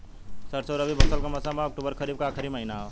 सरसो रबी मौसम क फसल हव अक्टूबर खरीफ क आखिर महीना हव